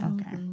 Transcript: Okay